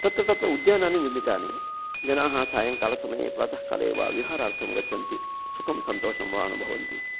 तत्र तत्र उद्यानानि निर्मितानि जनाः सायङ्कालसमये प्रातःकाले वा विहारार्थं गच्छन्ति सुखं सन्तोषं वा अनुभवन्ति